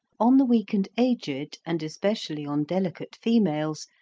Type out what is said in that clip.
on the weak and aged, and especially on delicate females,